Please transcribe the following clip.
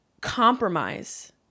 compromise